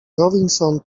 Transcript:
rawlison